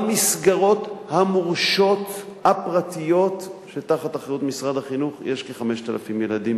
במסגרות המורשות הפרטיות שתחת אחריות משרד החינוך יש כ-5,000 ילדים,